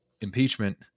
impeachment –